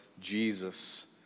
Jesus